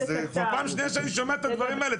כבר פעם שנייה שאני שומע את הדברים האלה.